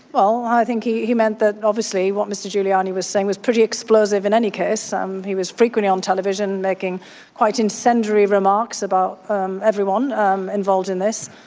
well, i think he he meant that obviously what mr. giuliani was saying was pretty explosive in any case. um he was frequently on television making quite incendiary remarks about um everyone um involved in this,